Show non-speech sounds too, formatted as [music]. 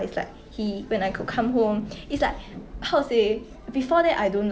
[laughs]